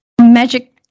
magic